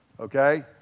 okay